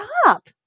Stop